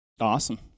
Awesome